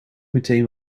meteen